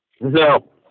No